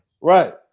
right